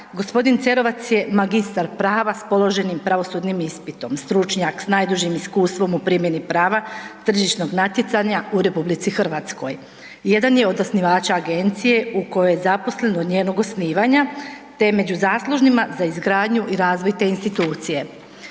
g. Cerovac je mag. prava s položenim pravosudnim ispitom, stručnjak s najdužim iskustvom u primjeni prava tržišnog natjecanja u RH. Jedan je od osnivača agencije u kojoj je zaposlen od njenog osnivanja te je među zaslužnima za izgradnju i razvoj te institucije.